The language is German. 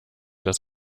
dass